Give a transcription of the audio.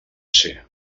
ser